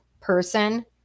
person